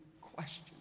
question